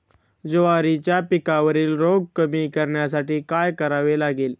ज्वारीच्या पिकावरील रोग कमी करण्यासाठी काय करावे लागेल?